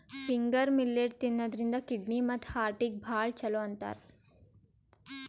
finger millet ತಿನ್ನದ್ರಿನ್ದ kidney ಮತ್ತ್ ಹಾರ್ಟಿಗ್ ಭಾಳ್ ಛಲೋ ಅಂತಾರ್